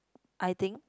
I think